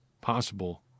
possible